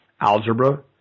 algebra